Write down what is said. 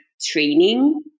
training